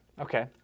okay